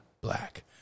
Black